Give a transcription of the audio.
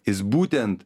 jis būtent